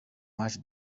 much